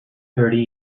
thirty